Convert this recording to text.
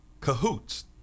cahoots